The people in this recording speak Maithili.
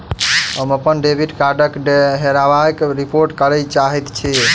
हम अप्पन डेबिट कार्डक हेराबयक रिपोर्ट करय चाहइत छि